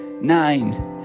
Nine